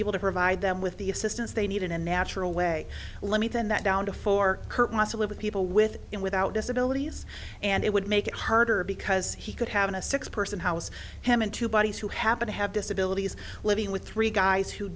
go to provide them with the assistance they need in a natural way let me turn that down to four current mosler with people with and without disabilities and it would make it harder because he could have in a six person house hemant two buddies who happen to have disabilities living with three guys who